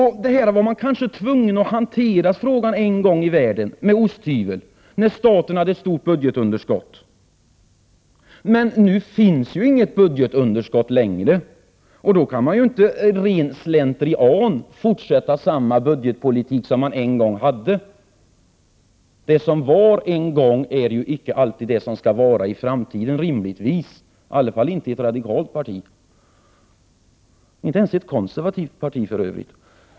En gång i världen var man kanske tvungen att hantera anslagen med osthyvel på det här sättet, när staten hade ett stort budgetunderskott, men nu finns ju inget budgetunderskott längre! Då skall man väl inte av ren slentrian fortsätta samma budgetpolitik som man haft förut? Det som varit en gång är ju icke rimligtvis alltid det som skall vara i framtiden — i alla fall inte för ett radikalt parti; inte ens för ett konservativt parti, för övrigt.